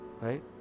right